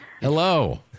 Hello